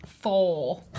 Four